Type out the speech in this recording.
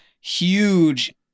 huge